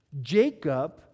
Jacob